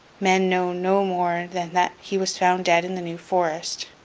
men know no more than that he was found dead in the new forest,